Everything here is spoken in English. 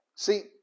See